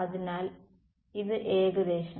അതിനാൽ ഇത് ഏകദേശം